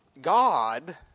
God